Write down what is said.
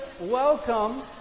Welcome